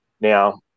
Now